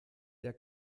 der